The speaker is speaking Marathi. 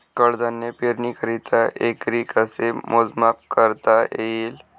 कडधान्य पेरणीकरिता एकरी कसे मोजमाप करता येईल?